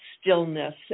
stillness